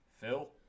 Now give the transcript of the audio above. Phil